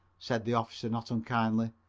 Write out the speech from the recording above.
said the officer not unkindly.